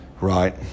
Right